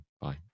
bye